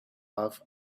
love